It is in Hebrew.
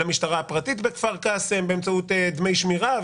למשטרה הפרטית בכפר קאסם באמצעות דמי שמירה.